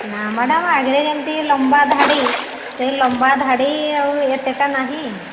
ନା ମାଡ଼ାମ୍ ଆଗରେ ଯେମିତି ଲମ୍ବା ଧାଡ଼ି ସେ ଲମ୍ବା ଧାଡ଼ି ଆଉ ଏତେଟା ନାହିଁ ଆଉ